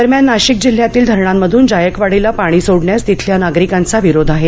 दरम्यान नाशिक जिल्ह्यामधील धरणामधून जायकवाडीला पाणी सोडण्यास तिथल्या नागरिकांचा विरोध आहे